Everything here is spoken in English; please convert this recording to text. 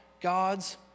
God's